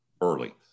early